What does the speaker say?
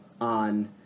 on